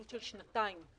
של שנתיים.